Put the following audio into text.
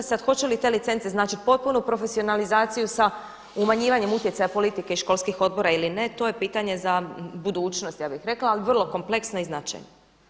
Sad hoće li te licence značiti potpunu profesionalizaciju sa umanjivanjem utjecaja politike i školskih odbora ili ne to je pitanje za budućnost ja bih rekla ali vrlo kompleksna i značajna.